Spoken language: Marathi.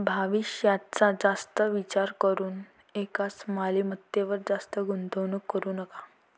भविष्याचा जास्त विचार करून एकाच मालमत्तेवर जास्त गुंतवणूक करू नका